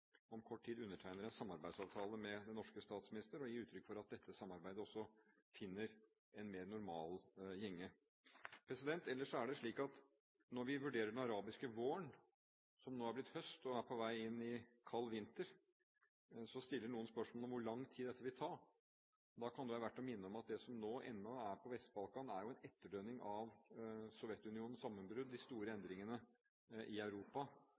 om kort tid undertegner en samarbeidsavtale med den norske statsministeren, og som gir uttrykk for at dette samarbeidet også finner en mer normal gjenge. Ellers er det slik at når vi vurderer den arabiske våren, som nå er blitt høst og er på vei inn i kald vinter, stiller noen spørsmål om hvor lang tid dette vil ta. Da kan det være verdt å minne om at det som nå ennå er på Vest-Balkan, er en etterdønning av Sovjetunionens sammenbrudd, de store endringene i Europa